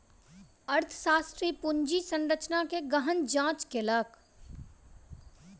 अर्थशास्त्री पूंजी संरचना के गहन जांच कयलक